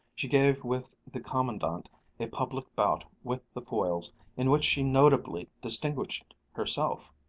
she gave with the commandant a public bout with the foils in which she notably distinguished herself.